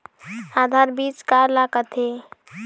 आधार बीज का ला कथें?